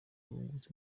bungutse